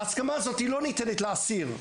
לא ניתן להסיר את ההסכמה הזאת.